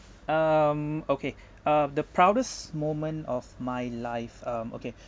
um okay uh the proudest moment of my life um okay